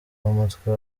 w’umutwe